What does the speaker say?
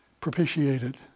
propitiated